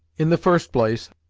in the first place,